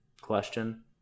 question